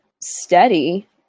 steady